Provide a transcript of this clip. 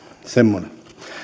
semmoinen